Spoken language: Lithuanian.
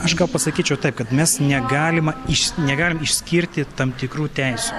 aš gal pasakyčiau taip kad mes negalima iš negalim išskirti tam tikrų teisių